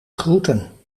groeten